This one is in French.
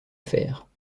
affaire